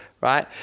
right